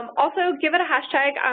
um also, give it a hashtag.